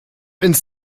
ins